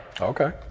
Okay